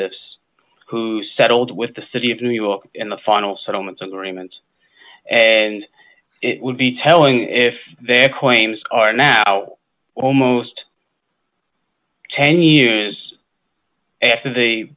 this who settled with the city of new york in the final settlement agreement and it would be telling if their claims are now almost ten years after they